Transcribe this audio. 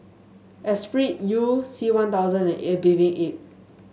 Esprit You C One Thousand and A Bathing Ape